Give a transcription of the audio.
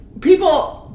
people